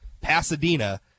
Pasadena